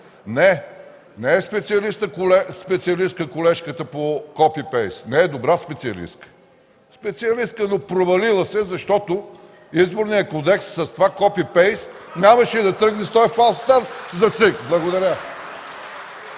не, не е специалистка колежката по копи-пейст, не е добра специалистка. Специалистка, но провалила се, защото Изборният кодекс с това копи-пейст нямаше да тръгне с фалстарт за ЦИК. Благодаря.